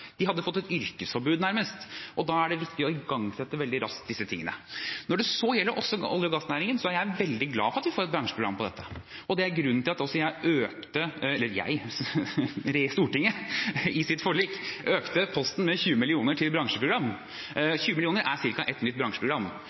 De hadde nærmest fått et yrkesforbud, og da var det viktig å igangsette disse tingene veldig raskt. Når det så gjelder olje- og gassnæringen, er jeg veldig glad for at vi får et bransjeprogram om dette, og det er også grunnen til at Stortinget i sitt forlik økte posten med 20 mill. kr til bransjeprogram. 20 mill. kr er ca. ett nytt bransjeprogram,